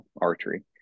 archery